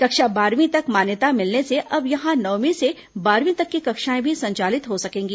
कक्षा बारहवीं तक मान्यता मिलने से अब यहां नवमीं से बारहवीं तक की कक्षाएं भी संचालित हो सकेंगी